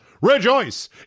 Rejoice